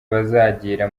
bazagira